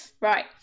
right